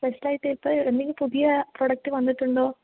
സ്പെഷ്യലായിട്ടു ഇപ്പം എന്തേലും പുതിയ പ്രോഡക്റ്റ് വന്നിട്ടുണ്ടോ